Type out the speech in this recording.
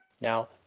Now